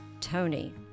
Tony